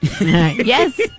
Yes